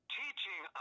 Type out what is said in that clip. teaching